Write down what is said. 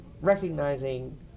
recognizing